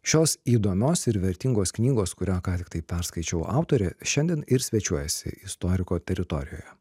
šios įdomios ir vertingos knygos kurią ką tiktai perskaičiau autorė šiandien ir svečiuojasi istoriko teritorijoje